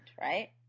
right